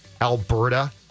Alberta